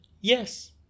Yes